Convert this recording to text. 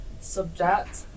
subject